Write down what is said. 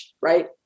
right